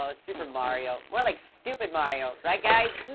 ah super mario. more like stupid mario, right guys?